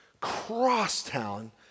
crosstown